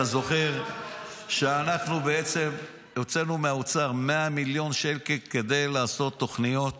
אתה זוכר שאנחנו בעצם הוצאנו מהאוצר 100 מיליון שקל כדי לעשות תוכניות